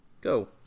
Go